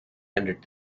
entered